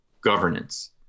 governance